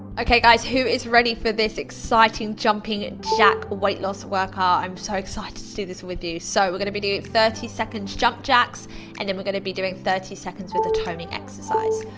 okay guys, who is ready for this exciting jumping jack weight loss workout? i'm so excited to do this with you. so we're gonna be doing thirty seconds jump jacks and then we're gonna be doing thirty seconds with a toning exercise.